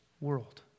world